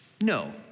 No